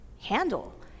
handle